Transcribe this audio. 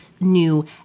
new